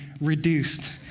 reduced